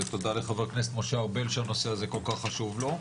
ותודה לחבר הכנסת משה ארבל שהנושא הזה כל כך חשוב לו.